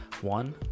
One